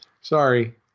sorry